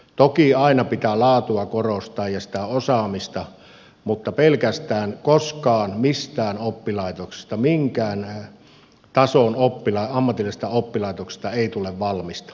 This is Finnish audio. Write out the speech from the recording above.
toki aina pitää laatua korostaa ja sitä osaamista mutta pelkästään mistään oppilaitoksesta minkään tason ammatillisesta oppilaitoksesta ei koskaan tule valmista